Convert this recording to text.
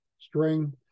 string